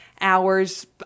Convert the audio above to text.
hours